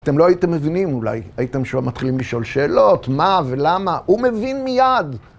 אתם לא הייתם מבינים אולי, הייתם מתחילים לשאול שאלות, מה ולמה, הוא מבין מיד.